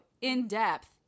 in-depth